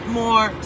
more